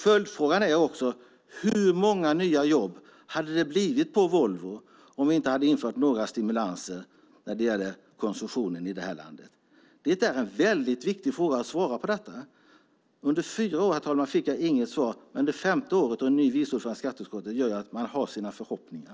Följdfrågan är: Hur många nya jobb hade det blivit på Volvo om vi inte hade infört några stimulanser när det gäller konsumtionen i det här landet? Detta är viktiga frågor att svara på. Under fyra år, herr talman, fick jag inget svar. Men det femte året och en ny vice ordförande i skatteutskottet gör att man har sina förhoppningar.